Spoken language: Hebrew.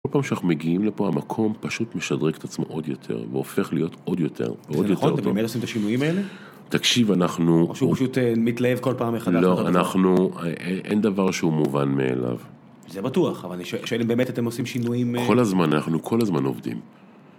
כל פעם שאנחנו מגיעים לפה, המקום פשוט משדרג את עצמו עוד יותר, והופך להיות עוד יותר, ועוד יותר טוב. זה נכון? אתם באמת עושים את השינויים האלה? תקשיב, אנחנו... או שהוא פשוט מתלהב כל פעם מחדש? לא, אנחנו... אין דבר שהוא מובן מאליו. זה בטוח, אבל אני שואל אם באמת אתם עושים שינויים... כל הזמן, אנחנו כל הזמן עובדים.